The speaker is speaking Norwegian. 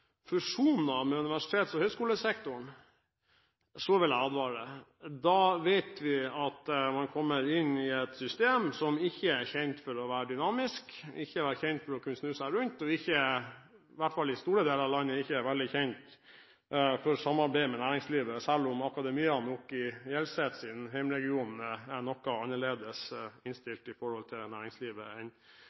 med universitets- og høyskolesektoren. Da vet vi at en kommer inn i et system som ikke er kjent for å være dynamisk, ikke er kjent for å kunne snu seg rundt og ikke er veldig kjent for å samarbeide med næringslivet – i hvert fall ikke i store deler av landet. Selv om akademia i Gjelseths hjemmeregion nok er noe annerledes innstilt til næringslivet enn